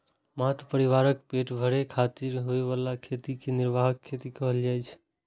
मात्र परिवारक पेट भरै खातिर होइ बला खेती कें निर्वाह खेती कहल जाइ छै